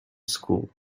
school